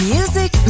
Music